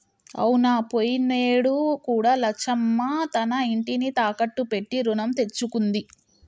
అవునా పోయినేడు కూడా లచ్చమ్మ తన ఇంటిని తాకట్టు పెట్టి రుణం తెచ్చుకుంది